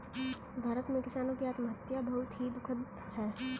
भारत में किसानों की आत्महत्या बहुत ही दुखद है